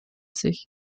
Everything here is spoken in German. sich